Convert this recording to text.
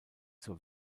zur